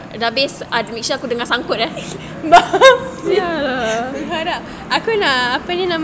mengharap aku nak apa ni namanya